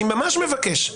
אני ממש מבקש,